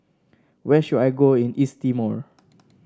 where should I go in East Timor